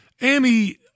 Amy